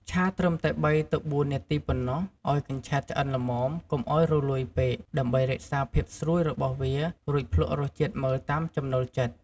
ឆាត្រឹមតែ ៣ទៅ៤ នាទីប៉ុណ្ណោះ ឲ្យកញ្ឆែតឆ្អិនល្មម កុំឲ្យរលួយពេក ដើម្បីរក្សាភាពស្រួយរបស់វា រួចភ្លក់រសជាតិមើលតាមចំណូលចិត្ត។